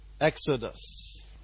Exodus